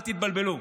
אל תתבלבלו,